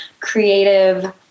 creative